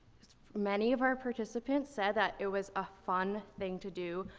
many of our participants said that it was a fun thing to do.